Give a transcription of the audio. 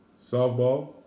softball